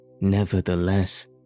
Nevertheless